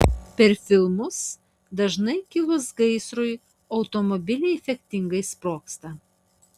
per filmus dažnai kilus gaisrui automobiliai efektingai sprogsta